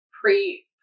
pre-